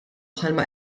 bħalma